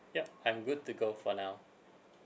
yup I'm good to go for now